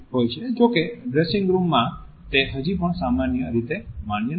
જો કે dressing room માં તે હજી પણ સામાન્ય રીતે માન્ય નથી